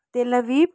Tel Aviv